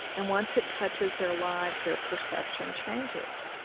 and once it touches their lives their perception changes.